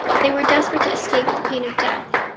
they were desperate to escape the pain of death,